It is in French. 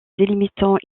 délimitant